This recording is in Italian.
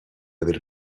aver